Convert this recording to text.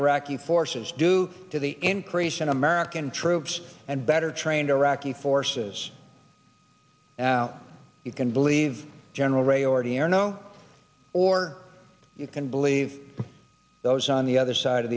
iraqi forces due to the increase in american troops and better trained iraqi forces now you can believe general ray odierno or you can believe those on the other side of